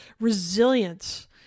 resilience